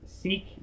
seek